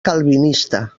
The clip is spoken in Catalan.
calvinista